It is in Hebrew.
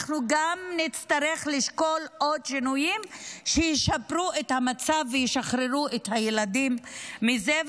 אנחנו נצטרך לשקול עוד שינויים שישפרו את המצב וישחררו את הילדים מזה.